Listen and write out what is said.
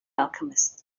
alchemist